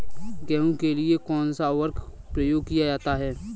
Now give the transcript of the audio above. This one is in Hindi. गेहूँ के लिए कौनसा उर्वरक प्रयोग किया जाता है?